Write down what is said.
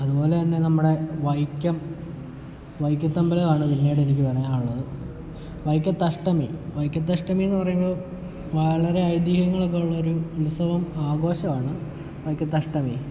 അതുപോലെ തന്നെ നമ്മുടെ വൈക്കം വൈക്കത്തമ്പലമാണ് പിന്നീടെനിക്ക് പറയാനുള്ളത് വൈക്കത്തഷ്ടമി വൈക്കത്തഷ്ടമിയെന്ന് പറയുമ്പോൾ വളരെ ഐതിഹ്യങ്ങളൊക്കെയുള്ളൊരു ഉത്സവം ആഘോഷമാണ് വൈക്കത്തഷ്ടമി